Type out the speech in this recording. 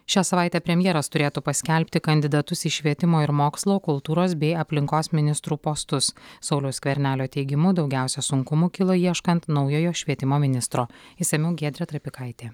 šią savaitę premjeras turėtų paskelbti kandidatus į švietimo ir mokslo kultūros bei aplinkos ministrų postus sauliaus skvernelio teigimu daugiausia sunkumų kilo ieškant naujojo švietimo ministro išsamiau giedrė trapikaitė